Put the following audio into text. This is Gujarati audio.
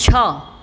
છ